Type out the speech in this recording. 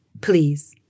Please